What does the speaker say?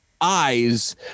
eyes